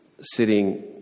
sitting